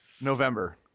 November